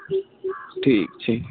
ठीक ठीक